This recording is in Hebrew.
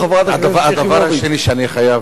הדבר השני שאני חייב לומר,